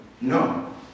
No